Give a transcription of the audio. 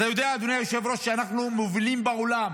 אתה יודע, אדוני היושב-ראש, אנחנו מובילים בעולם